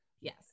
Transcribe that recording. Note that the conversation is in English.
yes